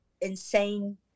insane